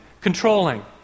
controlling